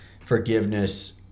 forgiveness